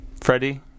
Freddie